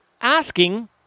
asking